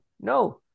no